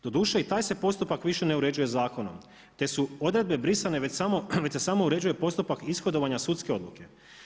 Doduše i taj se postupak više ne uređuje zakonom, te su odredbe brisane već se samo uređuje postupak ishodovanja sudske odluke.